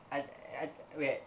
I I wait